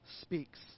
speaks